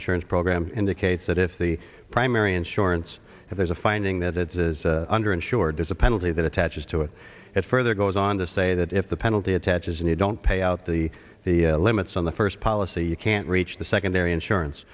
insurance program indicates that if the primary insurance if there's a finding that it's under insured there's a penalty that attaches to it it further goes on to say that if the penalty attaches and you don't pay out the the limits on the first policy you can't reach the secondary insurance